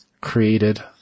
created